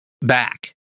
back